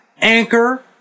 Anchor